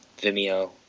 Vimeo